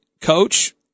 coach